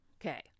Okay